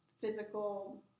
physical